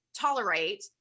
tolerate